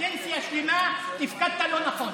קדנציה שלמה תפקדת לא נכון.